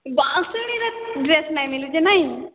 ବାସୁଣୀରେ dress ନାହିଁ ମିଳୁଛେ ନାହିଁ